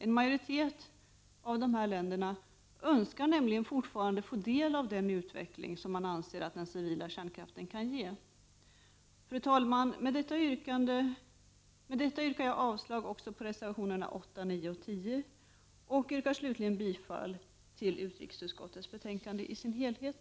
En majoritet av dessa länder önskar nämligen fortfarande få del av den utveckling som man anser att den civila kärnkraften kan ge. Fru talman! Med detta yrkar jag avslag också på reservationerna 8, 9 och 10 och slutligen bifall till utskottets hemställan i dess helhet.